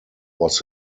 was